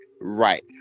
Right